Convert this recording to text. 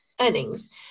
earnings